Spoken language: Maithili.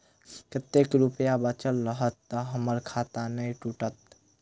कतेक रुपया बचल रहत तऽ हम्मर खाता नै टूटत?